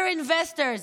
Dear investors,